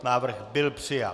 Návrh byl přijat.